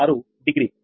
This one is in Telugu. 6 డిగ్రీ